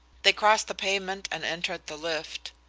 they crossed the pavement and entered the lift.